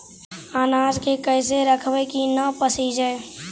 अनाज के कैसे रखबै कि न पसिजै?